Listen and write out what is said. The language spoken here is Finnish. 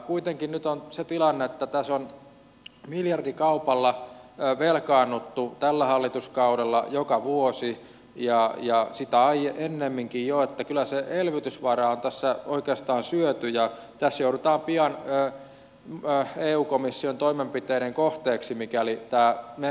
kuitenkin nyt on se tilanne että tässä on miljardikaupalla velkaannuttu tällä hallituskaudella joka vuosi ja sitä ennemminkin jo niin että kyllä se elvytysvara on tässä oikeastaan syöty ja tässä joudutaan pian eun komission toimenpiteiden kohteeksi mikäli tämä meno ei muutu